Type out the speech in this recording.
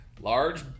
large